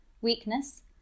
weakness